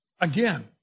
Again